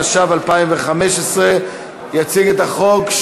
התשע"ו 2015. יציג את החוק,